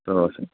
تُل سا